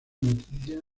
noticia